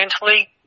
mentally